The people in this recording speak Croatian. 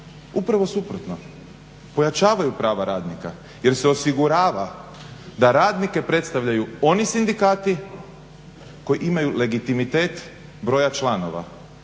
upravo suprotno pojačavaju prava radnika jer se osigurava da radnike predstavljaju oni sindikati koji imaju legitimitet broja članova,